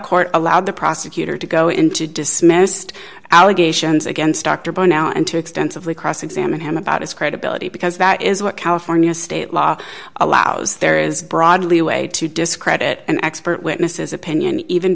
court allowed the prosecutor to go into dismissed allegations against dr bo now and to extensively cross examine him about his credibility because that is what california state law allows there is broad leeway to discredit an expert witnesses opinion even